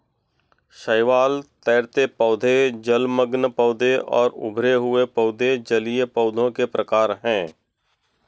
शैवाल, तैरते पौधे, जलमग्न पौधे और उभरे हुए पौधे जलीय पौधों के प्रकार है